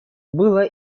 было